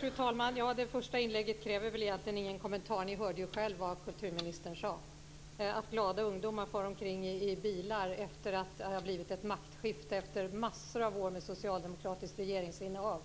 Fru talman! Det första inlägget kräver egentligen ingen kommentar. Ni hörde själva vad kulturministern sade. Att glada ungdomar far omkring i bilar efter att det har blivit ett maktskifte efter massor av år med socialdemokratiskt regeringsinnehav